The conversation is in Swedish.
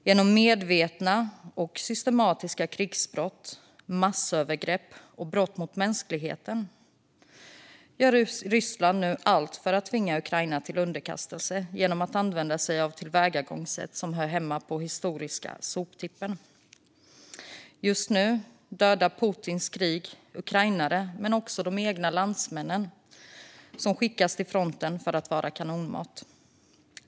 Genom medvetna och systematiska krigsbrott, massövergrepp och brott mot mänskligheten gör Ryssland nu allt för att tvinga Ukraina till underkastelse. Rysslands tillvägagångssätt hör hemma på den historiska soptippen. Just nu dödar Putins krig ukrainare men också de egna landsmän som skickas till fronten för att vara kanonmat.